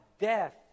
Death